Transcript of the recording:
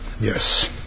Yes